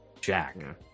Jack